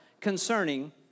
concerning